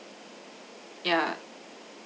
yeah